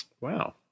Wow